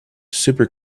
super